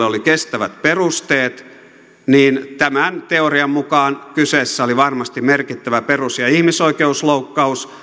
oli kestävät perusteet niin tämän teorian mukaan kyseessä oli varmasti merkittävä perus ja ihmisoikeusloukkaus koska